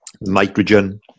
nitrogen